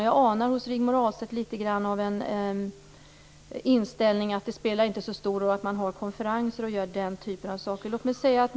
Jag anar hos Rigmor Ahlstedt litet grand av inställningen att det inte spelar så stor roll att man håller konferenser och gör den typen av saker.